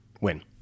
Win